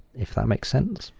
if that makes sense.